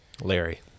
Larry